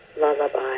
lullaby